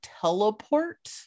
teleport